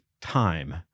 time